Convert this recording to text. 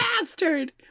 bastard